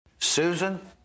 Susan